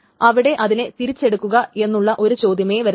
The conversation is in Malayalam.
അവിടെ അതിനെ തിരിച്ചെടുക്കുക എന്നുള്ള ഒരു ചോദ്യമേ വരുന്നില്ല